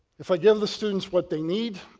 if i give the students what they need,